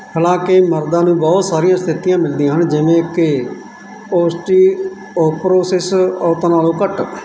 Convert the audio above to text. ਹਾਲਾਂਕਿ ਮਰਦਾਂ ਨੂੰ ਬਹੁਤ ਸਾਰੀਆਂ ਸਥਿਤੀਆਂ ਮਿਲਦੀਆਂ ਹਨ ਜਿਵੇਂ ਕਿ ਓਸਟੀਓਪੋਰੋਸਿਸ ਔਰਤਾਂ ਨਾਲੋਂ ਘੱਟ